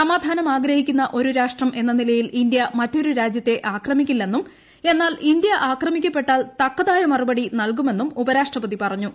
സ്മാധാനം ആഗ്രഹിക്കുന്ന ഒരു രാഷ്ട്രം എന്ന നിലയിൽ ഇന്ത്യ് മറ്റൊരു രാജ്യത്തെ ആക്രമിക്കില്ലെന്നും എന്നാൽ ഇന്ത്യി ആക്രമിക്കപ്പെട്ടാൽ തക്കതായ മറുപടി നൽകുമെന്നും ഉപരാഷ്ട്രപതി പറഞ്ഞു